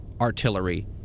artillery